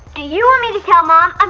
you want me to tell mom um